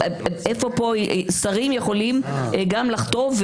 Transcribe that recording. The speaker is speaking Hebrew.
שרים יכולים גם לחטוא,